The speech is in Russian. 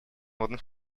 водных